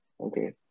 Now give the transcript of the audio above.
Okay